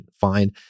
fine